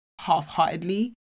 half-heartedly